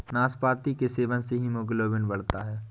नाशपाती के सेवन से हीमोग्लोबिन बढ़ता है